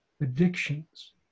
addictions